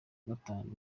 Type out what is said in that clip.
gatanu